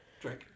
Drink